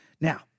Now